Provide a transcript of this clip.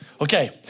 Okay